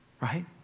right